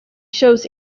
shows